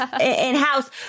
in-house